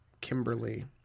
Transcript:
Kimberly